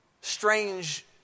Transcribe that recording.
strange